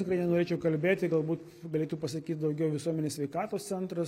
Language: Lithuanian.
tikrai nenorėčiau kalbėti galbūt galėtų pasakyt daugiau visuomenės sveikatos centras